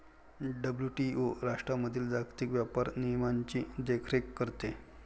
WTO राष्ट्रांमधील जागतिक व्यापार नियमांची देखरेख करते